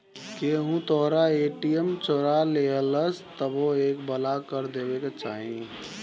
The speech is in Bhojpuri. केहू तोहरा ए.टी.एम चोरा लेहलस तबो एके ब्लाक कर देवे के चाही